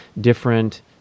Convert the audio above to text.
different